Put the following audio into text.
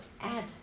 add